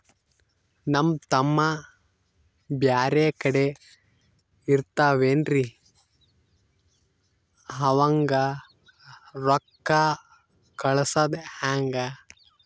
ನಮ್ ತಮ್ಮ ಬ್ಯಾರೆ ಕಡೆ ಇರತಾವೇನ್ರಿ ಅವಂಗ ರೋಕ್ಕ ಕಳಸದ ಹೆಂಗ?